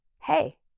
hey